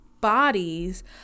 bodies